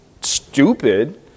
stupid